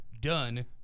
done